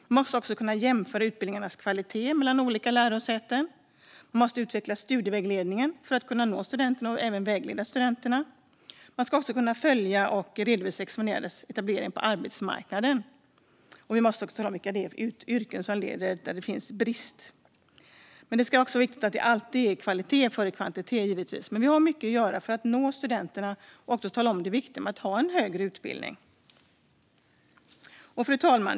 Man måste även kunna jämföra utbildningarnas kvalitet mellan olika lärosäten. Det handlar om att utveckla studievägledningen för att kunna nå studenterna och även vägleda dem. Man ska också kunna följa och redovisa examinerades etablering på arbetsmarknaden. Vi måste även tala om inom vilka yrken det finns brist. Det är givetvis också viktigt att kvalitet går före kvantitet. Vi har mycket att göra för att nå studenterna och också tala om det viktiga med att ha en högre utbildning. Fru talman!